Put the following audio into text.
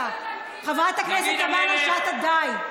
חברת הכנסת תמנו-שטה, די.